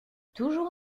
toujours